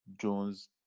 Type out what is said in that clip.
Jones